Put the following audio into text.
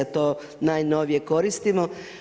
To najnovije koristimo.